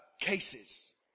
cases